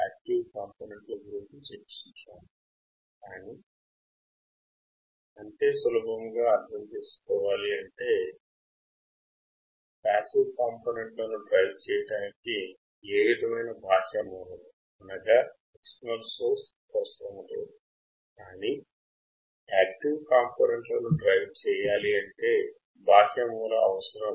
active కాంపొనెంట్లు కూడా component circuit లో ఒక భాగమే కానీ వాటిని నడపడానికి బాహ్య మూలం అవసరం